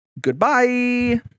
Goodbye